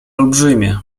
olbrzymie